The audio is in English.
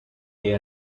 day